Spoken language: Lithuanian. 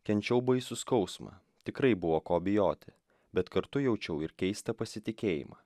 kenčiau baisų skausmą tikrai buvo ko bijoti bet kartu jaučiau ir keistą pasitikėjimą